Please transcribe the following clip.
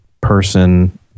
person